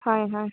ꯍꯣꯏ ꯍꯣꯏ